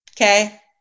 Okay